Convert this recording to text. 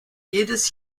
jedes